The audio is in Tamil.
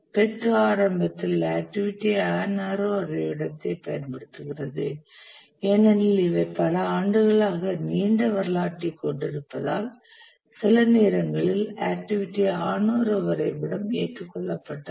PERT ஆரம்பத்தில் ஆக்டிவிட்டி ஆன் ஆரோ வரைபடத்தைப் பயன்படுத்துகிறது ஏனெனில் இவை பல ஆண்டுகளாக நீண்ட வரலாற்றைக் கொண்டிருப்பதால் சில நேரங்களில் ஆக்டிவிட்டி ஆன் ஆரோ வரைபடம் ஏற்றுக்கொள்ளப்பட்டது